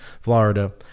Florida